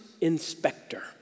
inspector